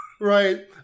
Right